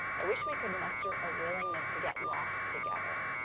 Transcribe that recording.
i wish we could muster a willingness to get lost together,